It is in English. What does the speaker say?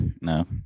no